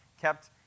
kept